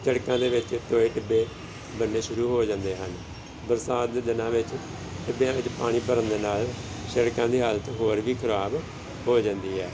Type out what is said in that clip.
ਸੜਕਾਂ ਦੇ ਵਿੱਚ ਟੋਏ ਟਿੱਬੇ ਬਣਨੇ ਸ਼ੁਰੂ ਹੋ ਜਾਂਦੇ ਹਨ ਬਰਸਾਤ ਦੇ ਦਿਨਾਂ ਵਿੱਚ ਟਿੱਬਿਆਂ ਵਿੱਚ ਪਾਣੀ ਭਰਨ ਦੇ ਨਾਲ ਸੜਕਾਂ ਦੀ ਹਾਲਤ ਹੋਰ ਵੀ ਖਰਾਬ ਹੋ ਜਾਂਦੀ ਹੈ